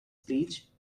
please